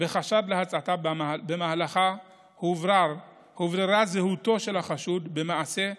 בחשד להצתה, שבמהלכה הובררה זהותו של החשוד במעשה,